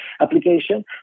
application